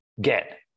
get